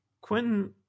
quentin